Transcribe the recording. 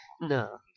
No